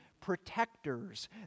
protectors